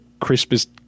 Crispest